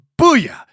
booyah